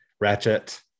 Ratchet